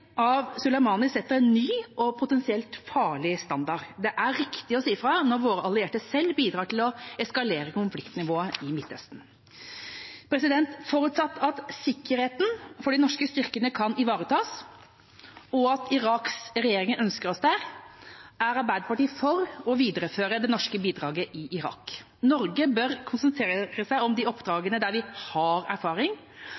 av Soleimani setter en ny og potensielt farlig standard. Det er riktig å si fra når våre allierte selv bidrar til å eskalere konfliktnivået i Midtøsten. Forutsatt at sikkerheten for de norske styrkene kan ivaretas, og at Iraks regjering ønsker oss der, er Arbeiderpartiet for å videreføre det norske bidraget i Irak. Norge bør konsentrere seg om de